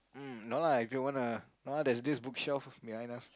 mm no lah if you wanna no there's this book shop behind us